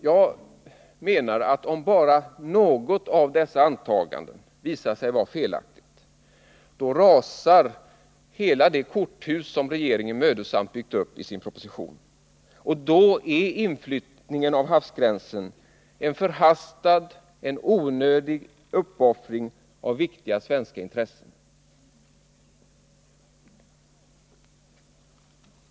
Jag menar att om bara något av dessa antaganden visar sig vara felaktigt, då rasar hela det korthus som regeringen mödosamt byggt upp i sin proposition, och då är inflyttningen av havsgränsen en förhastad och onödig uppoffring av viktiga svenska intressen.